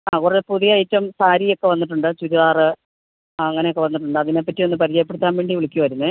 ആ കുറേ പുതിയ ഐറ്റം സാരിയൊക്കെ വന്നിട്ടുണ്ട് ചുരിദാറ് അങ്ങനെയൊക്കെ വന്നിട്ടുണ്ട് അതിനെപ്പറ്റിയൊന്ന് പരിചയപ്പെടുത്താൻവേണ്ടി വിളിക്കുവായിരുന്നേ